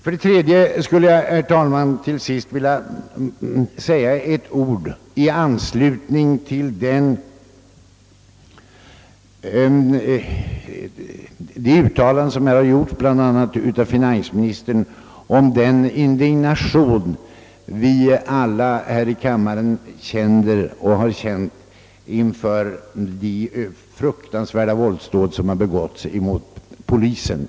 För det tredje skulle jag, herr talman, till sist vilja säga ett par ord i anslutning till de uttalanden som gjorts här i debatten om den indignation vi alla känner inför de fruktansvärda våldsdåd som begåtts mot polisen.